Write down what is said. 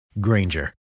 Granger